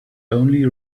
only